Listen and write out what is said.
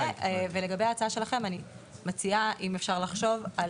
ולגבי ההצעה שלכם אני מציעה לחשוב על